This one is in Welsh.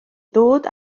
ddod